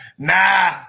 Nah